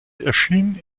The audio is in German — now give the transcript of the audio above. erschien